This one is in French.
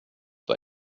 pas